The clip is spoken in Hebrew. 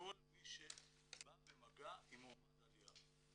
לכל מי שבא במגע עם מועמד עליה.